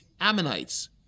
Ammonites